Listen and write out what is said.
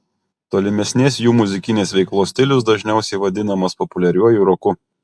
tolimesnės jų muzikinės veiklos stilius dažniausiai vadinamas populiariuoju roku